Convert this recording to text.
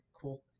cool